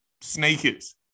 Sneakers